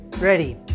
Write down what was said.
ready